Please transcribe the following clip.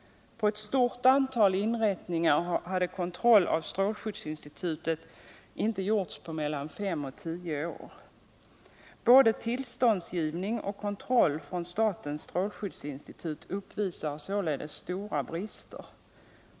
På ett stort antal inrättningar hade kontroll av strålskyddsinstitutet inte gjorts på mellan fem och tio år. Både tillståndsgivning och kontroll från statens strålskyddsinstitut uppvisar således stora brister.